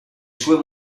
sue